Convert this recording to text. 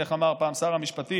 איך אמר פעם שר המשפטים?